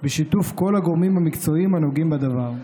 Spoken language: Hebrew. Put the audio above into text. בשיתוף כל הגורמים המקצועיים הנוגעים בדבר.